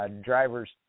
Drivers